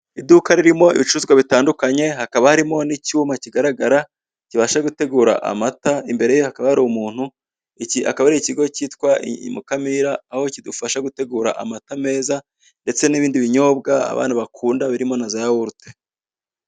Iduka ririmo ibicuruzwa bitandukanye hakaba harimo n'icyuma kigaragara kibasha gutegura amata, imbere hakaba hari umuntu iki akaba ari ikigo cyitwa Mukamira aho kidufasha gutegura amata meza ndetse n'ibindi binyobwa abana bakunda birimo na za yawurute.